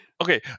Okay